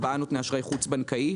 4 נותני אשראי חוץ בנקאי.